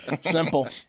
Simple